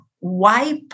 wipe